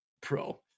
pro